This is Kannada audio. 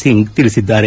ಸಿಂಗ್ ತಿಳಿಸಿದ್ದಾರೆ